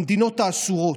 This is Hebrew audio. המדינות האסורות,